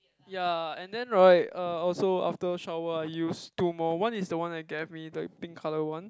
ya and then right uh also after shower I use two more one is the one that you gave me the pink colour [one]